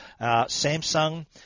Samsung